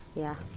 yeah.